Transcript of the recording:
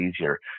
easier